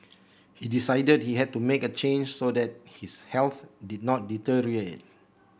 he decided he had to make a change so that his health did not deteriorate